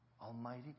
Almighty